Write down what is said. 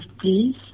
please